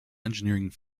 engineering